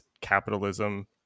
capitalism